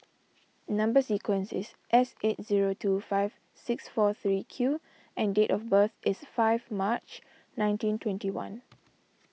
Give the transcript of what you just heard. Number Sequence is S eight zero two five six four three Q and date of birth is five March nineteen twenty one